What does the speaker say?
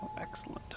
Excellent